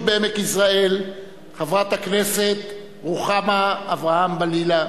בעמק יזרעאל חברת הכנסת רוחמה אברהם-בלילא,